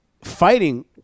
fighting